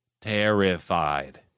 terrified